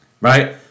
right